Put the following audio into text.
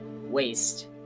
waste